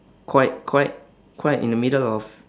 quite quite quite in the middle of